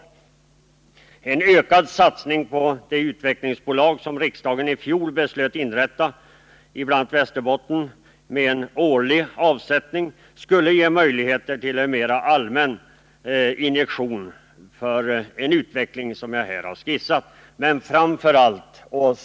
En ökad satsning i form av en årlig avsättning till det utvecklingsbolag som riksdagen i fjol beslöt inrätta i Västerbotten skulle ge möjligheter till en mera allmän satsning på en sådan utveckling som jag här har skisserat.